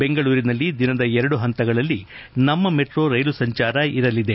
ಬೆಂಗಳೂರಿನಲ್ಲಿ ದಿನದ ಎರಡು ಹಂತಗಳಲ್ಲಿ ನಮ್ಮ ಮೆಟ್ರೊ ರೈಲು ಸಂಚಾರ ಇರಲಿದೆ